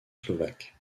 slovaques